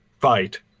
fight